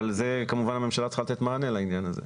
כמובן הממשלה צריכה לתת מענה לעניין הזה.